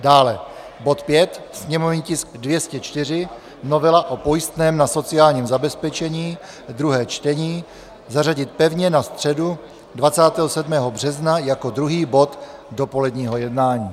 Dále bod 5, sněmovní tisk 204 novela o pojistném na sociální zabezpečení, druhé čtení, zařadit pevně na středu 27. března jako druhý bod dopoledního jednání.